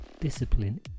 discipline